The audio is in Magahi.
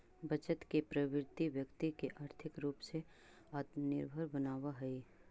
बचत के प्रवृत्ति व्यक्ति के आर्थिक रूप से आत्मनिर्भर बनावऽ हई